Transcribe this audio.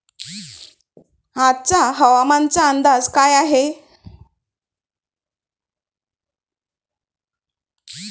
आजचा हवामानाचा अंदाज काय आहे?